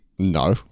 No